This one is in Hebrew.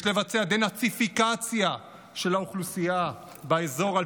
יש לבצע דה-נאציפיקציה של האוכלוסייה באזור על